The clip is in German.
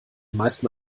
meisten